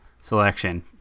selection